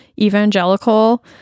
evangelical